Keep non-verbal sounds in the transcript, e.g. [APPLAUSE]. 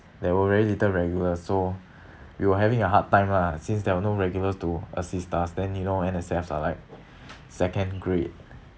there were very little regulars so [BREATH] we were having a hard time lah since there were no regulars to assist us then you know N_S_F are like [BREATH] second grade [BREATH]